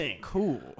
cool